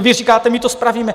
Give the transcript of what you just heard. Vy říkáte, my to spravíme.